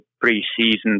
pre-season